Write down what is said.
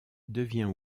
devient